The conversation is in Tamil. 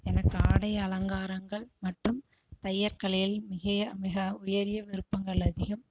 எனக்கு ஆடை அலங்காரங்கள் மற்றும் தையர் கலையில் மிகைய மிக உயரிய விருப்பங்கள் அதிகம்